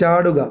ചാടുക